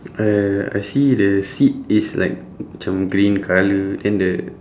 I I see the seat is like macam green colour then the